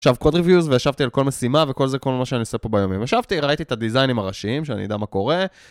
עכשיו code reviews וישבתי על כל משימה וכל זה כל מה שאני עושה פה ביומיום. ישבתי, ראיתי את הדיזיינים הראשיים שאני אדע מה קורה